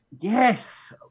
Yes